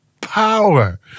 power